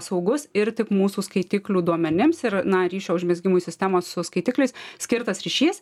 saugus ir tik mūsų skaitiklių duomenims ir na ryšio užmezgimui sistemos su skaitikliais skirtas ryšys